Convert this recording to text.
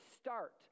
start